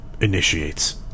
initiates